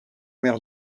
mer